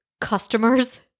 customers